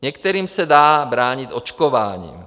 Některým se dá bránit očkováním.